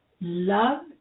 love